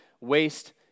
waste